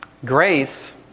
Grace